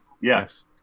Yes